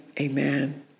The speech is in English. amen